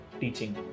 teaching